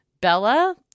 Bella